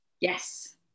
Yes